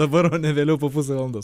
dabar o ne vėliau po pusę valandos